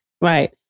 Right